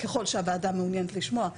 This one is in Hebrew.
ככל שהוועדה מעוניינת לשמוע.